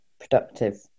productive